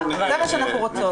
זה מה שאנחנו רוצות.